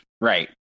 Right